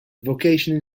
vocational